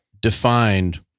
defined